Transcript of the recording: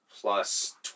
Plus